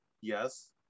Yes